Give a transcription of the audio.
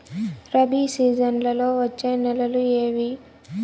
రబి సీజన్లలో వచ్చే నెలలు ఏవి?